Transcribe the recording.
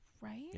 Right